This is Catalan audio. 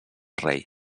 rei